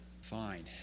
Fine